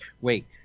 wait